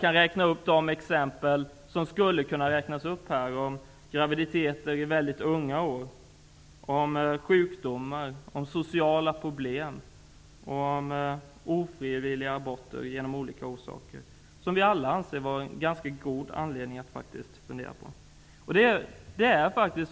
Några exempel är graviditet vid väldigt unga år, sjukdomar, sociala problem, ofrivilliga aborter av olika anledningar. Det är saker som vi alla anser vara ganska goda skäl för att fundera över abort.